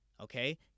Okay